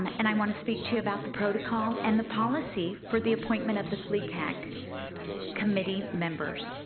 um and i want to speak to you about the protocol and the policy for the appointment of the fle tac committee members.